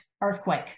earthquake